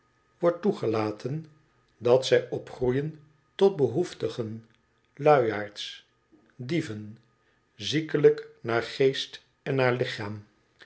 wordt toegelaten dat zij opgroeien tot behoeftigen luiaards dieven ziekelijk naar geest en naar lichaam